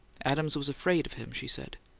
adams was afraid of him, she said.